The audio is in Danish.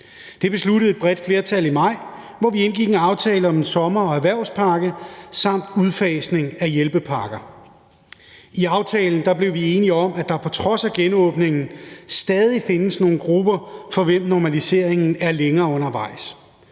Det besluttede et bredt flertal i maj, hvor vi indgik en aftale om en sommer- og erhvervspakke samt udfasning af hjælpepakker. I aftalen blev vi enige om, at der på trods af genåbningen stadig findes nogle grupper, for hvem normaliseringen er længere undervejs.